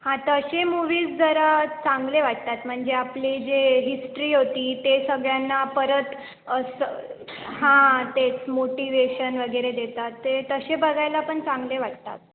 हां तसे मूव्हीज जरा चांगले वाटतात म्हणजे आपले जे हिस्ट्री होती ते सगळ्यांना परत असं हां तेच मोटिवेशन वगैरे देतात ते तसे बघायला पण चांगले वाटतात